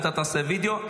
אם תעשה וידיאו,